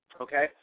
Okay